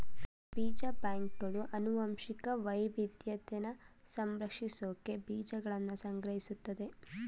ಬೀಜ ಬ್ಯಾಂಕ್ಗಳು ಅನುವಂಶಿಕ ವೈವಿದ್ಯತೆನ ಸಂರಕ್ಷಿಸ್ಸೋಕೆ ಬೀಜಗಳ್ನ ಸಂಗ್ರಹಿಸ್ತದೆ